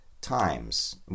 times